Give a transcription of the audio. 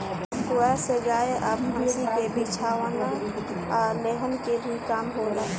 पुआरा से गाय आ भईस के बिछवाना आ लेहन के भी काम होला